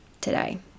today